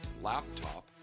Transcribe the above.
laptop